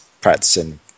practicing